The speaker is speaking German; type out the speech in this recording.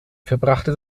verbrachte